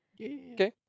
Okay